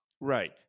right